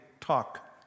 talk